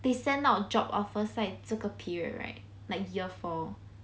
they send out job offer 在这个 period right like year four